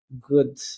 good